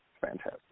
fantastic